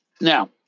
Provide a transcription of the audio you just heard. Now